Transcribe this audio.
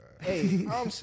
Hey